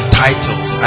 titles